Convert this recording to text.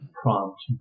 prompt